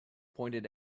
pointed